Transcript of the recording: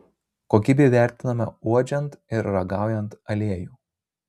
kokybė vertinama uodžiant ir ragaujant aliejų